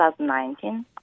2019